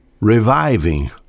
reviving